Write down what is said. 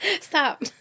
Stop